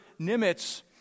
Nimitz